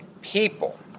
people